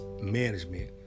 management